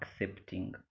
accepting